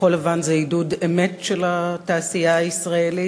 כחול-לבן זה עידוד אמת של התעשייה הישראלית,